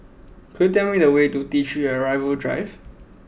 could you tell me the way to T three Arrival Drive